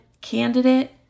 candidate